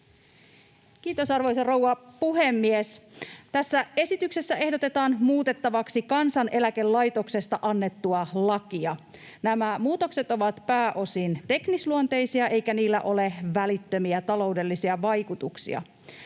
Kiitos, arvoisa rouva puhemies! Tässä esityksessä ehdotetaan muutettavaksi Kansaneläkelaitoksesta annettua lakia. Nämä muutokset ovat pääosin teknisluonteisia, eikä niillä ole välittömiä taloudellisia vaikutuksia.